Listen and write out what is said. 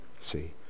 See